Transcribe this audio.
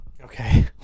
Okay